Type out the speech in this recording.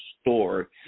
store